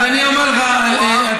אלה החלטות ממשלה ישנות.